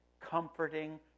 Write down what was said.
comforting